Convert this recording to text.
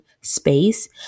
space